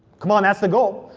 come on, that's the goal!